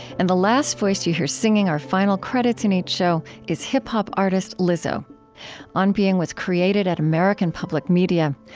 and the last voice you hear singing our final credits in each show is hip-hop artist lizzo on being was created at american public media.